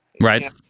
Right